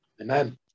Amen